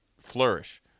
flourish